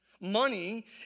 Money